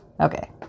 okay